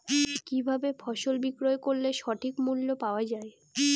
কি ভাবে ফসল বিক্রয় করলে সঠিক মূল্য পাওয়া য়ায়?